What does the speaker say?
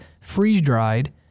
freeze-dried